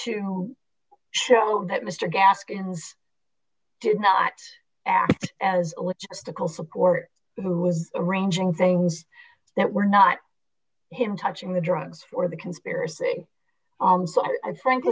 to show that mr gaskins did not act as stickle support who was arranging things that were not him touching the drugs or the conspiracy on so i thank